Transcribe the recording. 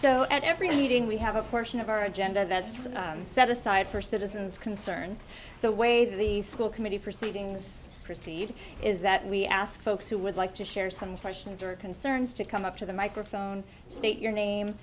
so at every meeting we have a portion of our agenda that's set aside for citizens concerns the way the school committee proceedings proceed is that we ask folks who would like to share some questions or concerns to come up to the microphone state your name